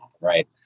right